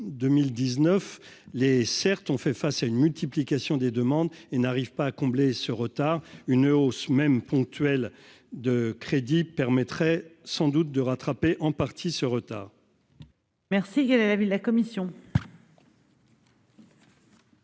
2019 les certes on fait face à une multiplication des demandes et n'arrive pas à combler ce retard, une hausse même ponctuel de crédit permettrait sans doute de rattraper en partie ce retard. Merci, est la ville la commission.